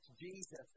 Jesus